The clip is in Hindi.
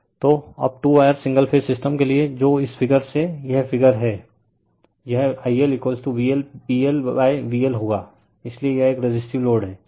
रिफर स्लाइड टाइम 2211 तो अब two wire single phase system के लिए जो इस फिगर से यह फिगर है यह I L VLPLVL होगा इसलिए यह एक रेसिसटिव लोड है